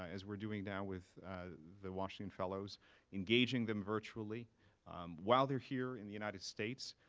as we're doing now with the washington fellows engaging them virtually while they're here in the united states,